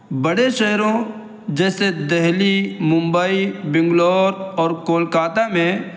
بڑے شہروں جیسے دہلی ممبئی بنگلور اور کولکاتا میں